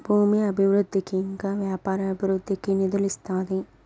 భూమి అభివృద్ధికి ఇంకా వ్యాపార అభివృద్ధికి నిధులు ఇస్తాది